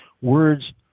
words